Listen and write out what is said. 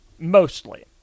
Mostly